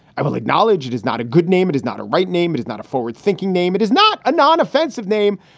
i will acknowledge it is not a good name. it is not a right name. it is not a forward thinking name. it is not a non offensive name,